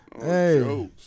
Hey